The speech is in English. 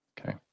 Okay